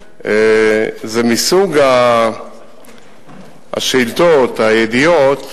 זה מסוג השאילתות, הידיעות,